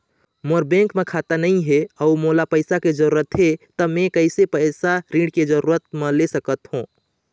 मोर bank म खाता नई हे अउ मोला पैसा के जरूरी हे त मे कैसे पैसा ऋण के रूप म ले सकत हो?